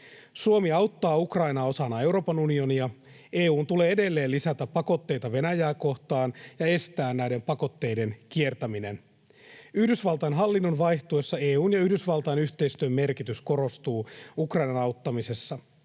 Suomi auttaa Ukrainaa osana Euroopan unionia. EU:n tulee edelleen lisätä pakotteita Venäjää kohtaan ja estää näiden pakotteiden kiertäminen. Yhdysvaltain hallinnon vaihtuessa EU:n ja Yhdysvaltain yhteistyön merkitys korostuu Ukrainan auttamisessa.